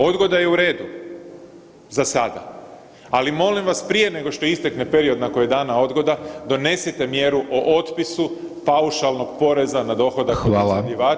Odgoda je u redu za sada, ali molim vas prije nego što istekne period na koji je dana odgoda donesite mjeru o otpisu paušalnog poreza na dohodak od iznajmljivača.